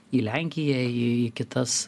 į lenkiją į kitas